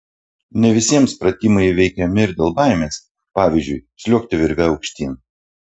ne visiems pratimai įveikiami ir dėl baimės pavyzdžiui sliuogti virve aukštyn